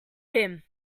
him